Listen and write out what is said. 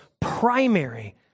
primary